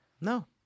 no